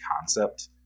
concept